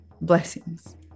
blessings